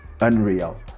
Unreal